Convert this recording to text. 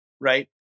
right